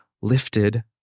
lifted